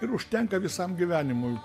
ir užtenka visam gyvenimui